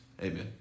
Amen